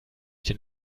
den